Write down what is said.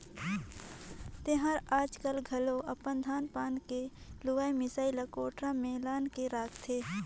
तेहर आयाज घलो अपन धान पान के लुवई मिसई ला कोठार में लान के करथे